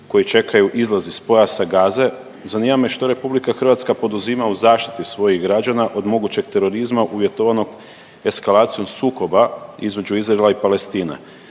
koji čekaju izlaz iz pojasa Gaze zanima me što Republika Hrvatska poduzima u zaštiti svojih građana od mogućeg terorizma uvjetovanog eskalacijom sukoba između Izraela i Palestine,